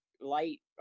light